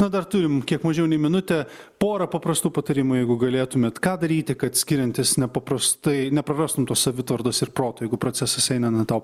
na dar turim kiek mažiau nei minutę porą paprastų patarimų jeigu galėtumėt ką daryti kad skiriantis nepaprastai neprarastum tos savitvardos ir proto jeigu procesas eina ne tau